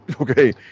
okay